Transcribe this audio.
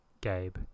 Gabe